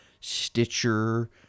Stitcher